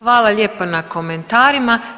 Hvala lijepa na komentarima.